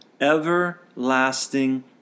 everlasting